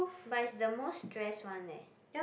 but it's the most stress one eh